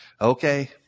okay